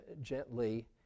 gently